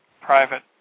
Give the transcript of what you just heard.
private